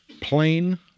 plain